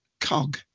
cog